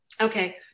Okay